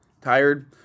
Tired